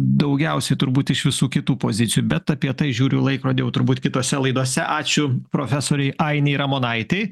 daugiausiai turbūt iš visų kitų pozicijų bet apie tai žiūriu į laikrodį jau turbūt kitose laidose ačiū profesorei ainei ramonaitei